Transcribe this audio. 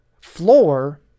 floor